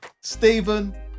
Stephen